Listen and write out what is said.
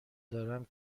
دارم